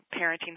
parenting